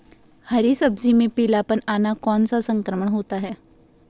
हरी सब्जी में पीलापन आना कौन सा संक्रमण होता है?